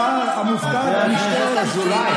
אני השר המופקד על משטרת ישראל.